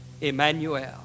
Emmanuel